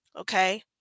okay